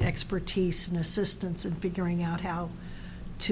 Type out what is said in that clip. expertise in assistance and figuring out how t